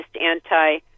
anti